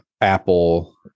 Apple